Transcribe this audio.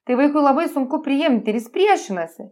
tai vaikui labai sunku priimti ir jis priešinasi